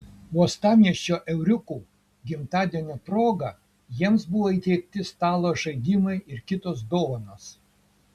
uostamiesčio euriukų gimtadienio proga jiems buvo įteikti stalo žaidimai ir kitos dovanos